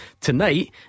Tonight